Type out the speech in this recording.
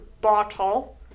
bottle